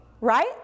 right